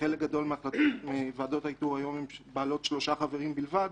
וחלק גדול מוועדות האיתור היום הן בעלות שלושה חברים בלבד,